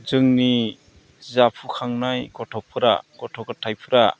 जोंनि जाखांफुनाय गथ'फोरा गथ' गथायफोरा